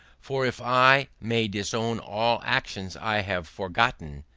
for if i may disown all actions i have forgotten,